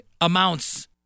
amounts